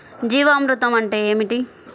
జీవామృతం అంటే ఏమిటి?